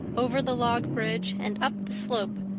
over the log bridge, and up the slope,